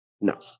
No